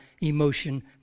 emotion